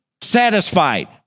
satisfied